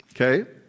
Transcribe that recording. Okay